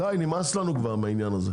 דיי, נמאס לנו כבר מהעניין הזה.